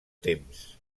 temps